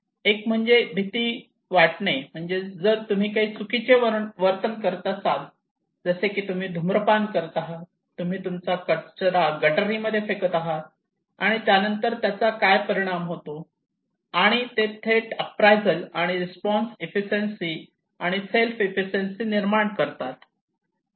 एक म्हणजे भीती वाटणे म्हणजेच जर तुम्ही काही चुकीचे वर्तन करत असाल जसे की तुम्ही धूम्रपान करत आहात तुम्ही तुमचा कचरा गटारी मध्ये फेकत आहात आणि नंतर त्याचा काय परिणाम होतो आणि ते थ्रेट अप्रायझल आणि रिस्पॉन्स एफिशियन्सी आणि सेल्फ एफिशियन्सी निर्माण करतात